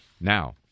Now